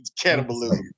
cannibalism